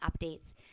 updates